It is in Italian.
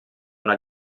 una